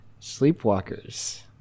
Sleepwalkers